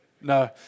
No